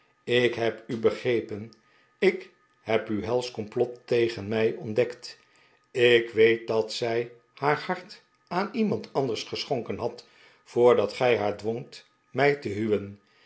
ik heb u begrepen ik heb uw helseh complot tegen mij ontdekt ik weet dat zij haar hart aan iemand anders geschonken had voordat gij haar dwongt mij te huwen